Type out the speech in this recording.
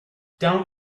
down